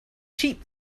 cheap